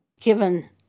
given